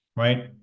Right